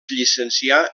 llicencià